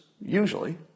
usually